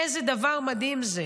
איזה דבר מדהים זה,